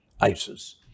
ISIS